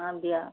அப்படியா